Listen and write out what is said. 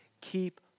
keep